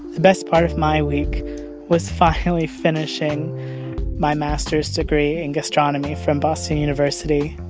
the best part of my week was finally finishing my master's degree in gastronomy from boston university.